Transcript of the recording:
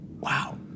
Wow